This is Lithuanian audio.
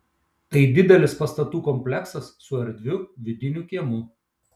tai didelis pastatų kompleksas su erdviu vidiniu kiemu